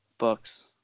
books